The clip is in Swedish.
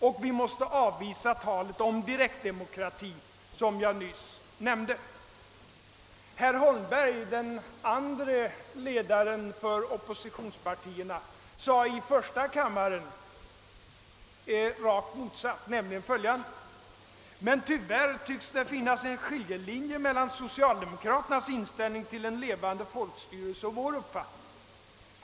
Och vi måste avvisa talet om "direktdemokrati, som jag nyss nämnde.» Herr Holmberg, den andre ledaren för ett oppositionsparti, sade i första kammaren raka motsatsen, nämligen följande: »Men tyvärr tycks det finnas en skiljelinje mellan socialdemokraternas inställning till en levande folkstyrelse och vår uppfattning.